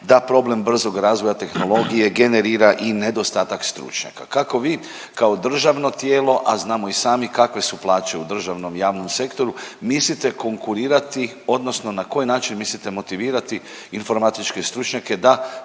da problem brzog razvoja tehnologije generira i nedostatak stručnjaka. Kako vi kao državno tijelo, a znamo i sami kakve su plaće u državnom i javnom sektoru, mislite konkurirati odnosno na koji način mislite motivirati informatičke stručnjake da